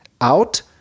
out